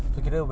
ya